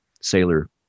sailor